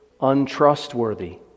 untrustworthy